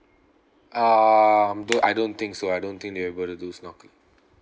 um do~ I don't think so I don't think they are able to do snorkelling